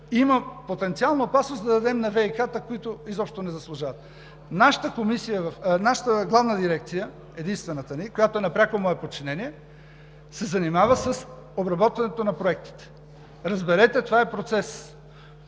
има потенциална опасност да дадем на ВиК-тата, които изобщо не заслужават. Нашата главна дирекция, единствената ни, която е на пряко мое подчинение, се занимава с обработването на проектите. Разберете, това е процес.